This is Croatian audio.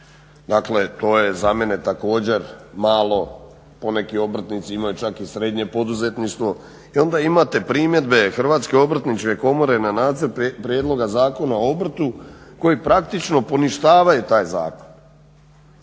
dakle to je za mene također malo, poneki obrtnici imaju čak i srednje poduzetništvo i onda imate primjedbe Hrvatske obrtničke komore na nacrt prijedloga Zakona o obrtu koji praktično poništava taj zakon